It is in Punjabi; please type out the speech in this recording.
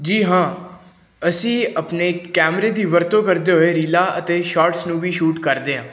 ਜੀ ਹਾਂ ਅਸੀਂ ਆਪਣੇ ਕੈਮਰੇ ਦੀ ਵਰਤੋਂ ਕਰਦੇ ਹੋਏ ਰੀਲਾਂ ਅਤੇ ਸ਼ਾਰਟਸ ਨੂੰ ਵੀ ਸ਼ੂਟ ਕਰਦੇ ਹਾਂ